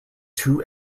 two